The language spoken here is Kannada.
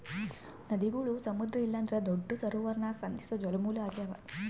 ನದಿಗುಳು ಸಮುದ್ರ ಇಲ್ಲಂದ್ರ ದೊಡ್ಡ ಸರೋವರಾನ ಸಂಧಿಸೋ ಜಲಮೂಲ ಆಗ್ಯಾವ